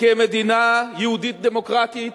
כמדינה יהודית דמוקרטית,